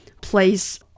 place